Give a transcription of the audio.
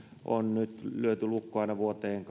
on nyt lyöty lukkoon aina vuoteen